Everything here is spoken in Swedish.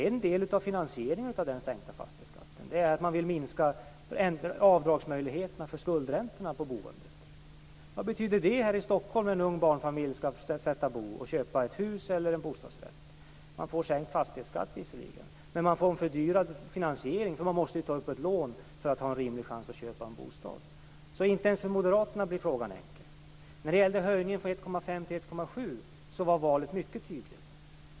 En del av finansieringen av den sänkta fastighetsskatten är att man vill minska avdragsmöjligheterna för skuldräntorna på boendet. Vad betyder det här i Stockholm när en ung barnfamilj skall sätta bo och köpa ett hus eller bostadsrätt? Man får sänkt fastighetsskatt, visserligen, men man får en fördyrad finansiering eftersom man måste ta ett lån för att ha en rimlig chans att köpa en bostad. Inte ens för moderaterna blir frågan enkel. När det gällde höjningen från 1,5 till 1,7 var valet mycket tydligt.